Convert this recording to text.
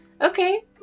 okay